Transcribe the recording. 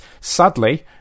sadly